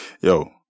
yo